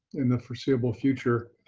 in the foreseeable future.